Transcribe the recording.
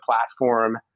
platform